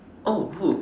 oh who